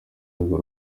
rwego